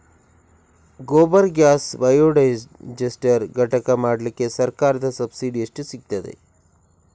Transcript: Gobar gas biodigester ಘಟಕ ಮಾಡ್ಲಿಕ್ಕೆ ಸರ್ಕಾರದ ಸಬ್ಸಿಡಿ ಎಷ್ಟು ಸಿಕ್ತಾದೆ?